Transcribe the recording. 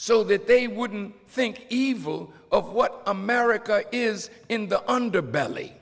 so that they wouldn't think evil of what america is in the underbelly